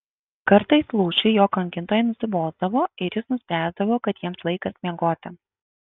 kartais lūšiui jo kankintojai nusibosdavo ir jis nuspręsdavo kad jiems laikas miegoti